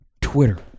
Twitter